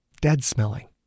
dead-smelling